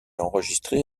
enregistré